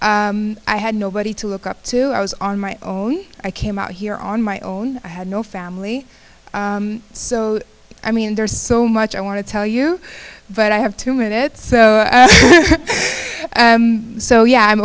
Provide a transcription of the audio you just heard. i had nobody to look up to i was on my own i came out here on my own i had no family so i mean there's so much i want to tell you but i have to move it so and so yeah i'm